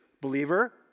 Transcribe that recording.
believer